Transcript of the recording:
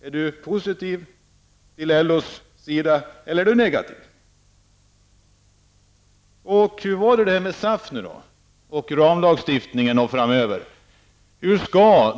Är Kjell Nilsson positiv eller negativ till LOs ståndpunkt? Hur var det nu med SAF och ramlagstiftningen?